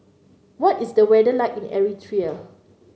what is the weather like in Eritrea